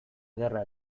ederra